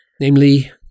namely